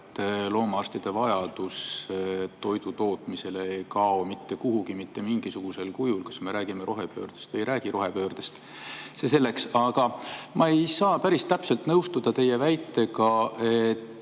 loomaarstide järele ei kao toidutootmisel mitte kuhugi mitte mingisugusel kujul, kas me räägime rohepöördest või ei räägi rohepöördest. See selleks. Aga ma ei saa päris täpselt nõustuda teie väitega, et